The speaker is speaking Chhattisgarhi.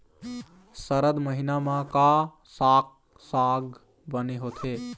सरद महीना म का साक साग बने होथे?